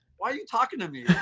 why are you talking to me